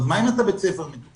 אז מה אם אתה בית ספר מתוקשב,